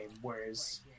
whereas